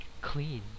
clean